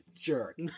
jerk